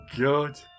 God